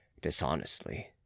dishonestly